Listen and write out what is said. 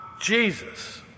Jesus